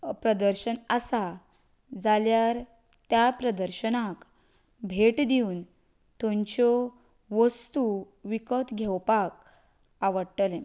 प्रदर्शन आसा जाल्यार त्या प्रदर्शनाक भेट दिवन थंयच्यो वस्तू विकत घेवपाक आवडटलें